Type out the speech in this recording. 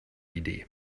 idee